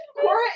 Cora